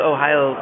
Ohio